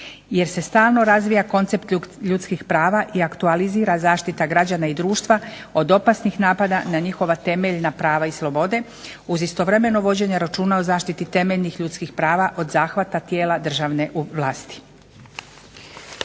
jer se stalno razvija koncept ljudskih prava i aktualizira zaštita građana i društva od opasnih napada na njihova temeljna prava i slobode uz istovremeno vođenje računa o zaštiti temeljnih ljudskih prava od zahvata tijela državne vlasti.